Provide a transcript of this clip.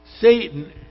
Satan